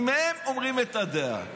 אם הם אומרים את הדעה.